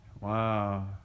Wow